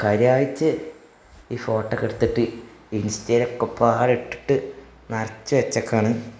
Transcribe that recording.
കാര്യമായിട്ട് ഈ ഫോട്ടോയൊക്കെ എടുത്തിട്ട് ഇൻസ്റ്റയിലൊക്കെപ്പാട് ഇട്ടിട്ട് നിറച്ച് വച്ചേക്കാണ്